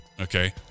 Okay